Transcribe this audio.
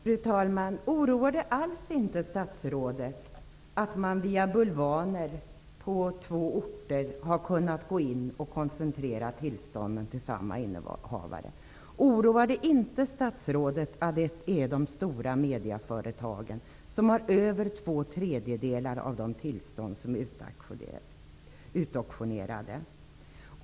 Fru talman! Oroar det alls inte statsrådet att man via bulvaner har kunnat koncentrera tillstånden på två orter till samma innehavare? Oroar det inte statsrådet att de stora mediaföretagen har över två tredjedelar av de tillstånd som utauktionerades?